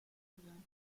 benannt